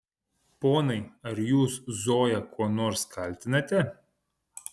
ponai ar jūs zoją kuo nors kaltinate